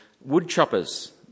woodchoppers